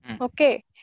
Okay